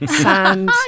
sand